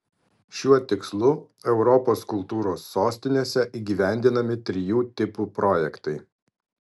šiuo tikslu europos kultūros sostinėse įgyvendinami trijų tipų projektai